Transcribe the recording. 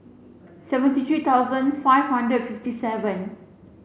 seventy three thousand five hundred fifty seven